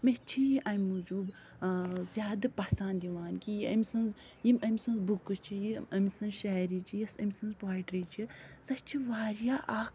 مےٚ چھِ یہِ اَمہِ موٗجوٗب زیادٕ پسنٛد یِوان کہِ یہِ أمۍ سٕنٛز یِم أمۍ سٕنٛز بُکہٕ چھِ یہِ أمۍ سٕنٛز شاعری چھِ یَس أمۍ سٕنٛز پوٹرٛی چھِ سۄ چھِ وارِیاہ اکھ